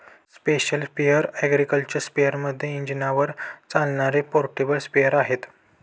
special sprayer agriculture स्पेअरमध्ये इंजिनावर चालणारे पोर्टेबल स्प्रेअर आहे